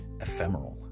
Ephemeral